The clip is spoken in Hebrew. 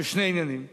בשני עניינים.